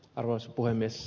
arvoisa puhemies